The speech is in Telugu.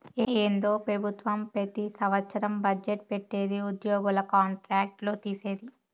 ఏందో పెబుత్వం పెతి సంవత్సరం బజ్జెట్ పెట్టిది ఉద్యోగుల కాంట్రాక్ట్ లు తీసేది